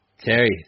Terry